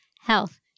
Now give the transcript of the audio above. health